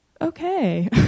okay